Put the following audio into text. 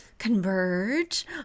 converge